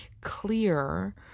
clear